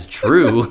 true